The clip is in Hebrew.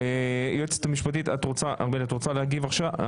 היועצת המשפטית, שלומית, את רוצה להגיב עכשיו או